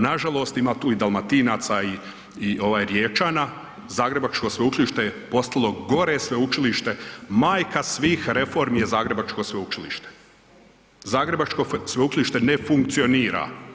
Nažalost, ima tu i Dalmatinaca i ovaj Riječana, zagrebačko sveučilište je postalo gore sveučilište, majka svih reformi je zagrebačko sveučilište, zagrebačko sveučilište ne funkcionira.